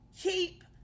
Keep